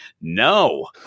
no